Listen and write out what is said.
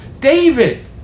David